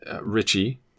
Richie